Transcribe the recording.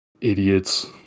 idiots